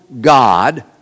God